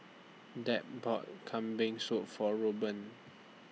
Deb bought Kambing Soup For Rueben